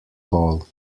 ball